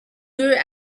deux